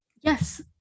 Yes